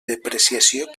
depreciació